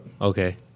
Okay